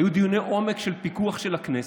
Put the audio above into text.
היו דיוני עומק של פיקוח של הכנסת.